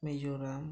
Mizoram